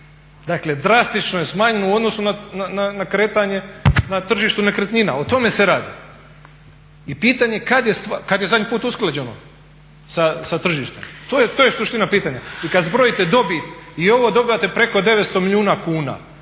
Dakle drastično je smanjeno u odnosu na kretanje, na tržištu nekretnina, o tome se radi. I pitanje kad je zadnji put usklađeno sa tržištem, to je suština pitanja. I kad zbrojite dobit i ovo dobivate preko 900 milijuna kuna,